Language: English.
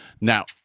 Now